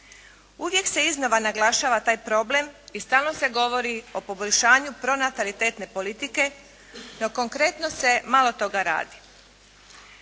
Uvijek se iznova naglašava taj problem i stalno se govori o poboljšanju pronatalitetne politike, no konkretno se malo toga radi.